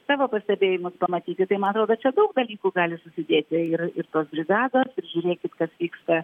savo pastebėjimus pamatyti tai ma atro kad čia daug dalykų gali susidėti ir ir tos brigados ir žiūrėkit kas vyksta